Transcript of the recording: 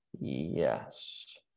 Yes